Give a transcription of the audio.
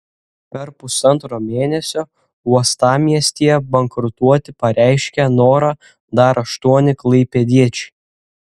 per pusantro mėnesio uostamiestyje bankrutuoti pareiškė norą dar aštuoni klaipėdiečiai